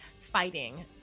fighting